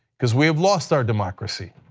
because we've lost our democracy,